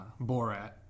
Borat